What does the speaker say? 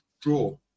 Draw